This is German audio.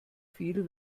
viel